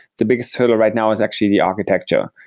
the biggest hurdle right now is actually the architecture.